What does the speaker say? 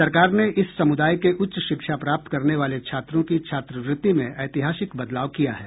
सरकार ने इस समुदाय के उच्च शिक्षा प्राप्त करने वाले छात्रों की छात्रवृति में ऐतिहासिक बदलाव किया है